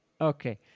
Okay